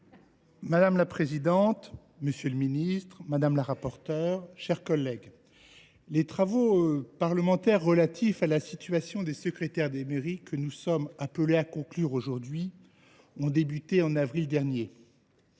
Madame la présidente, monsieur le ministre, mes chers collègues, les travaux parlementaires relatifs à la situation des secrétaires de mairie que nous sommes appelés à conclure aujourd’hui, ont commencé au mois d’avril dernier.